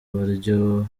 baryo